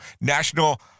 national